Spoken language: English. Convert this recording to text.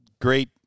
great